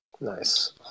Nice